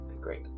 great